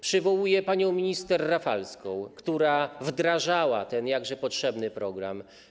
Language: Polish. Przywołuję panią minister Rafalską, która wdrażała ten jakże potrzebny program.